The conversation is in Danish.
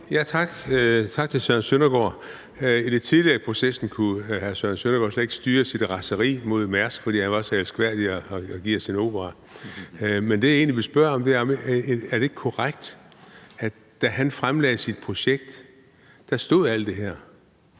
Tak, og tak til Søren Søndergaard. Tidligere i processen kunne hr. Søren Søndergaard slet ikke styre sit raseri mod Mærsk, fordi Mærsk Mc-Kinney Møller var så elskværdig at give os en opera. Men det, jeg egentlig vil spørge om, er, om det ikke er korrekt, at da han fremlagde sit projekt, stod der alt det her.